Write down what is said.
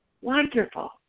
Wonderful